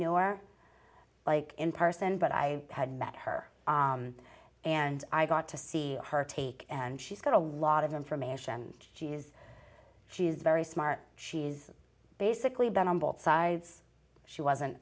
or like in person but i had met her and i got to see her take and she's got a lot of information she's she's very smart she's basically been on both sides she wasn't